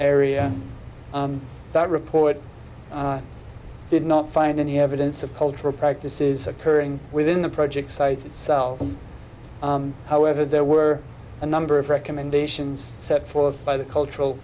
area that report did not find any evidence of cultural practices occurring within the project site itself however there were a number of recommendations set forth by the cultural